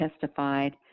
testified